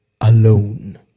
alone